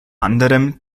anderem